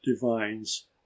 divines